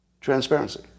transparency